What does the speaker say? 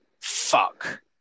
fuck